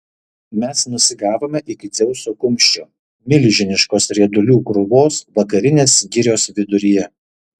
mes nusigavome iki dzeuso kumščio milžiniškos riedulių krūvos vakarinės girios viduryje